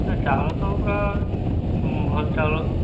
ନାଇଁ ଚାଉଳ ତ ଭଲ ଚାଉଳ